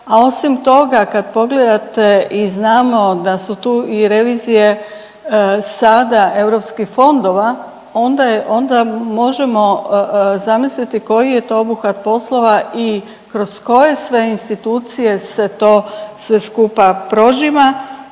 A osim toga kad pogledate i znamo da su tu i revizije sada europskih fondova onda možemo zamisliti koji je to obuhvat poslova i kroz koje sve institucije se to sve skupa prožima